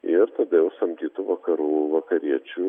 ir tada jau samdytų vakarų vakariečių